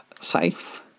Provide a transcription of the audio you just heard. safe